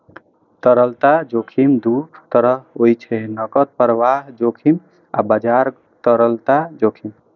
तरलता जोखिम दू तरहक होइ छै, नकद प्रवाह जोखिम आ बाजार तरलता जोखिम